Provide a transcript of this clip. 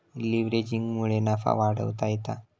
लीव्हरेजिंगमुळे नफा वाढवता येता